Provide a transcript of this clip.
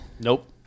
Nope